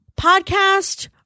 podcast